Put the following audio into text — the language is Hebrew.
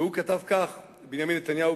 ובנימין נתניהו,